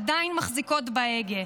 עדיין מחזיקות בהגה.